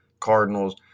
Cardinals –